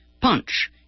punch